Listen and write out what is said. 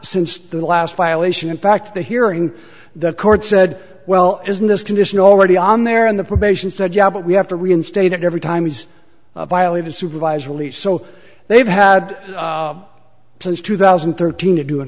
since the last violation in fact the hearing the court said well isn't this condition already on there and the probation said yeah but we have to reinstate it every time he's violated supervised release so they've had since two thousand and thirteen to do an